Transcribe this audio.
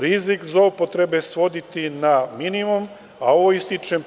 Rizik zloupotrebe svodi se na minimum, a ovo